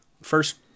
First